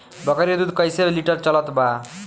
बकरी के दूध कइसे लिटर चलत बा?